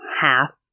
half